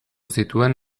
zituen